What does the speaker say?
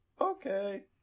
okay